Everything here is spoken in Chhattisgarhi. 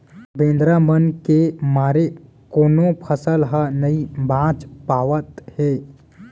बेंदरा मन के मारे कोनो फसल ह नइ बाच पावत हे